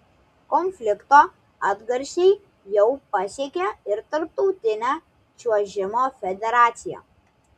konflikto atgarsiai jau pasiekė ir tarptautinę čiuožimo federaciją